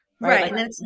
Right